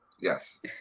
yes